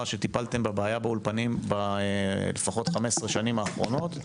שטיפלתם בבעיה באולפנים ב-15 השנים האחרונות לפחות,